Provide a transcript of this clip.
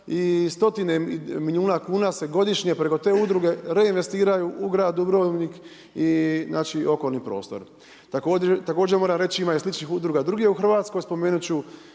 i stotine milijuna kuna se godišnje preko te godine reinvestiraju u grad Dubrovnik i znači okolni prostor. Također moram reći ima i sličnih udruga drugdje u Hrvatskoj. Spomenut ću